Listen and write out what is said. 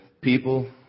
people